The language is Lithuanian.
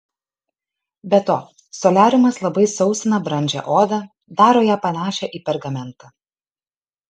be to soliariumas labai sausina brandžią odą daro ją panašią į pergamentą